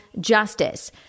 justice